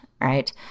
right